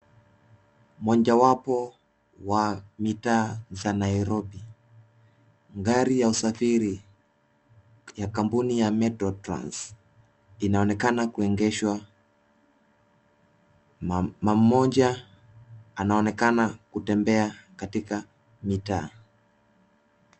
Moja wapo wa mitaa za Nairobi, gari ya usafiri ya kampuni ya Metro Trans inaonekana kuegeshwa. Mama moja anaonekana kutembea katika mitaa.